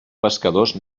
pescadors